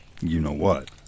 you-know-what